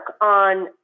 on